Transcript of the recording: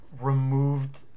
removed